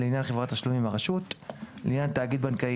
לפי העניין: לעניין חברת תשלומים הרשות; לעניין תאגיד בנקאי,